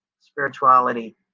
spirituality